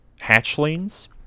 hatchlings